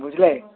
বুঝলে